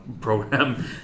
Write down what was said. program